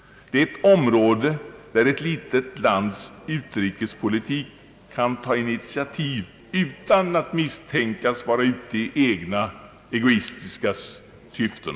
Det är ett område där ett litet lands utrikespolitik kan ta initiativ utan att misstänkas vara ute i egna egoistiska syften.